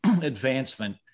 advancement